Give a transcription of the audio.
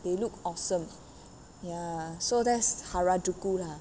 they look awesome ya so that's harajuku lah